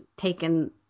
taken